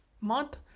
month